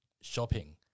shopping